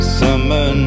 summer